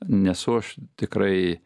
nesu aš tikrai